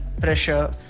pressure